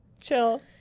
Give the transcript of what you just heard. chill